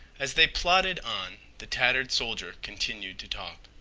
as they plodded on the tattered soldier continued to talk.